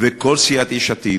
וכל סיעת יש עתיד,